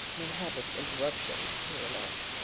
may have its interruptions, he remarked.